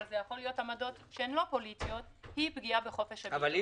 אבל זה יכול להיות גם עמדות שאינן פוליטיות --- מה את